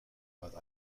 both